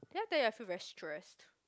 did I tell you I feel very stressed